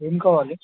ఏం కావాలి